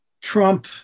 Trump